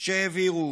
שהעבירו